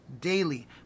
daily